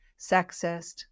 sexist